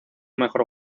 mejor